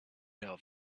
know